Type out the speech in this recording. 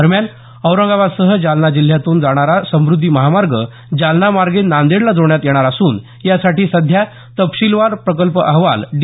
दरम्यान औरंगाबादसह जालना जिल्ह्यातून जाणारा समृध्दी महामार्ग जालना मार्गे नांदेडला जोडण्यात येणार असून यासाठी सध्या तपशीलवार प्रकल्प अहवाल डी